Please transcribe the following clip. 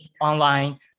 online